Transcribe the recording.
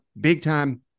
big-time